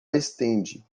estende